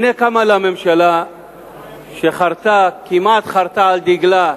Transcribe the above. הנה קמה לה ממשלה שחרתה, כמעט חרתה על דגלה,